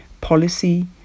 policy